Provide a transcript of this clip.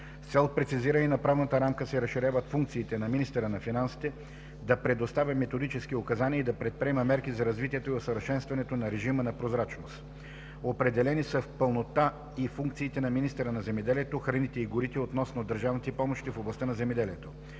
цел прецизиране на правната рамка се разширяват функциите на министъра на финансите да предоставя методически указания и да предприема мерки за развитието и усъвършенстването на режима на прозрачност. Определени са в пълнота и функциите на министъра на земеделието, храните и горите относно държавните помощи в областта на земеделието.